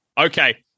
Okay